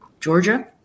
Georgia